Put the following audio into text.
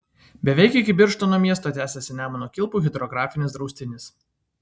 beveik iki birštono miesto tęsiasi nemuno kilpų hidrografinis draustinis